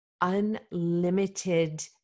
unlimited